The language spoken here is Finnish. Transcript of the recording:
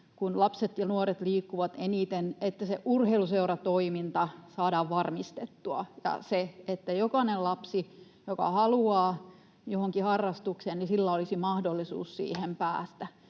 kun lapset ja nuoret liikkuvat eniten, se urheiluseuratoiminta saadaan varmistettua ja se, että jokaisella lapsella, joka haluaa johonkin harrastukseen, olisi mahdollisuus siihen